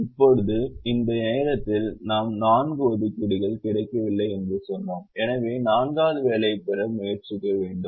இப்போது இந்த நேரத்தில் நாம் நான்கு ஒதுக்கீடுகள் கிடைக்கவில்லை என்று சொன்னோம் எனவே நான்காவது வேலையைப் பெற முயற்சிக்க வேண்டும்